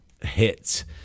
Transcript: hits